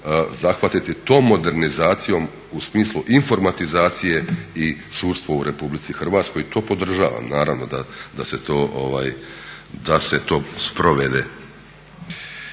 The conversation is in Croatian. zahvatiti to modernizacijom u smislu informatizacije i sudstvo u Republici Hrvatskoj. To podržavam, naravno da se to sprovede.